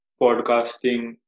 podcasting